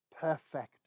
perfect